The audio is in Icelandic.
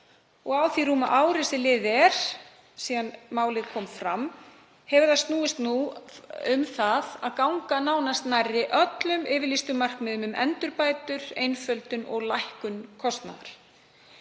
Á því rúma ári sem liðið er frá því að málið kom fram hefur það snúist um að ganga nánast frá öllum yfirlýstum markmiðum um endurbætur, einföldun og lækkun kostnaðar.